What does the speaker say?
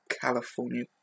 California